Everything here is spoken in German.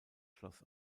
schloss